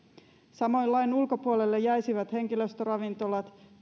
samoin lain ulkopuolelle jäisivät henkilöstöravintolat